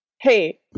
hey